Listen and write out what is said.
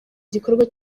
gikorwa